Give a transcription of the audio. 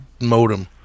modem